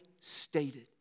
stated